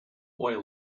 oil